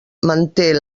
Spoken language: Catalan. manté